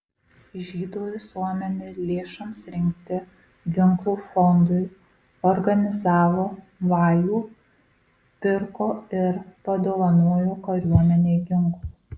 žydų visuomenė lėšoms rinkti ginklų fondui organizavo vajų pirko ir padovanojo kariuomenei ginklų